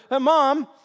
Mom